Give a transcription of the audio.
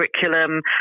curriculum